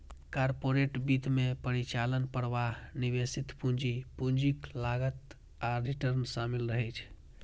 corporate वित्त मे परिचालन प्रवाह, निवेशित पूंजी, पूंजीक लागत आ रिटर्न शामिल रहै छै